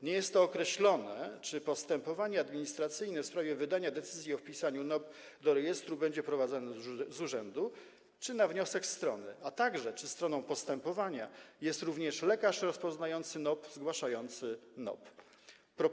Nie jest określone, czy postępowanie administracyjne w sprawie wydania decyzji o wpisaniu NOP do rejestru będzie prowadzone z urzędu czy na wniosek strony, a także czy stroną postępowania jest również lekarz rozpoznający NOP, zgłaszający NOP.